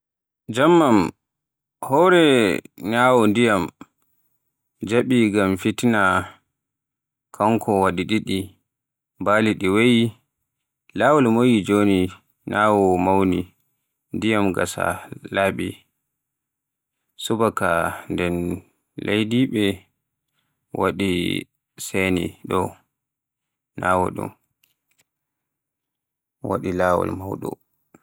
Jammaan, hoore ñaawo, ndiyam njaaɓii ngam fitina, kanko waɗi ɗiɗi, ɓaalii ndi wayi. Laawol moƴƴi, jooni ñaawo mawni, ndiyam gasa, laɓɓi. Subaka, ɓeen leydiɓe waɗi seŋi ɗoo ñaawo ɗum, waɗi laawol mawɗo.